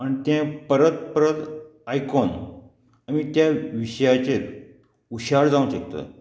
आनी तें परत परत आयकोन आमी त्या विशयाचेर हुशार जावंक शकता